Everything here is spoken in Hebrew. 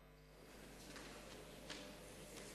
יכול מאוד להיות שהיא תגיד שכאן נפתח הקרב על דמותה של מדינת